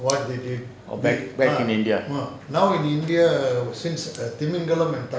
back in india